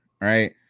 right